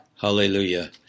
Hallelujah